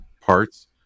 parts